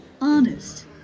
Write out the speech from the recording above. Honest